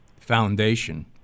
foundation